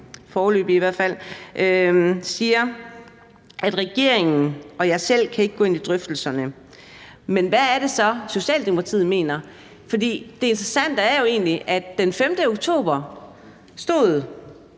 beskæftigelsesminister siger, at regeringen og han selv ikke kan gå ind i drøftelserne, hvad det så er, Socialdemokratiet mener. For det interessante er jo egentlig, at den 5. oktober